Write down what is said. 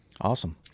Awesome